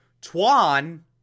Tuan